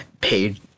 paid